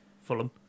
Fulham